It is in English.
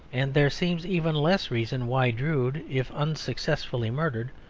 and there seems even less reason why drood, if unsuccessfully murdered,